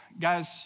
Guys